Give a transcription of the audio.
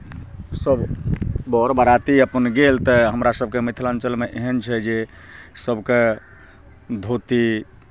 सभ बर बरिआती अपन गेल तऽ हमरा सभके मिथिलाञ्चलमे एहन छै जे सभकेँ धोती